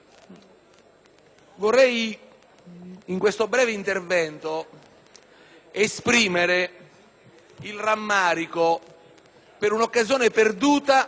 in questo breve intervento vorrei esprimere il rammarico per un'occasione perduta